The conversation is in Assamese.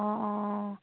অঁ অঁ অঁ